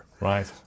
Right